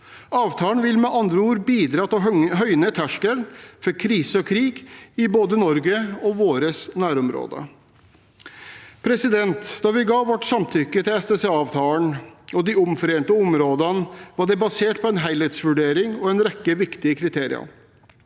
Avtalen vil med andre ord bidra til å høyne terskelen for krise og krig i både Norge og våre nærområder. Da vi ga vårt samtykke til SDCA-avtalen og de omforente områdene, var det basert på en helhetsvurdering og en rekke viktige kriterier